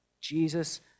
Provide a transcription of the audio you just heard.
Jesus